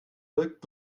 wirkt